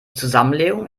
zusammenlegung